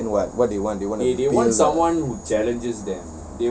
then what what they want they want